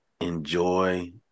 enjoy